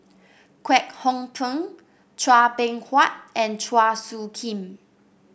Kwek Hong Png Chua Beng Huat and Chua Soo Khim